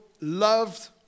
loved